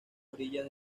orillas